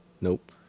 Nope